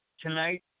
tonight